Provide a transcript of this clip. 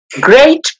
Great